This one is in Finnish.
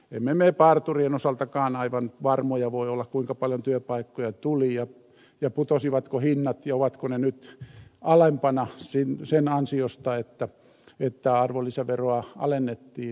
emme me parturien osaltakaan aivan varmoja voi olla kuinka paljon työpaikkoja tuli putosivatko hinnat ja ovatko ne nyt alempana sen ansiosta että arvonlisäveroa alennettiin